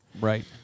Right